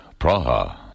Praha